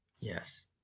Yes